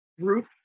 group